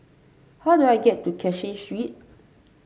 how do I get to Cashin Street